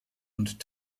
und